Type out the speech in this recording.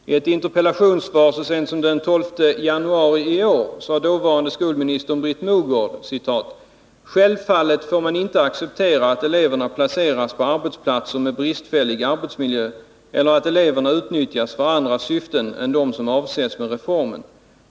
I en interpellationsdebatt så sent som den 12 januari i år sade dåvarande skolministern Britt Mogård: ”Självfallet får man inte acceptera att eleverna placeras på arbetsplatser med bristfällig arbetsmiljö, eller att eleverna utnyttjas för andra syften än dem som avses med reformen.